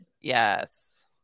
Yes